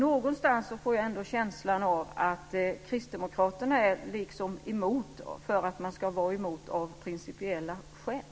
Någonstans får jag en känsla av att kristdemokraterna är emot bara för att man ska vara emot av principiella skäl.